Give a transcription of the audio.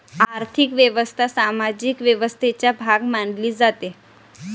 आर्थिक व्यवस्था सामाजिक व्यवस्थेचा भाग मानली जाते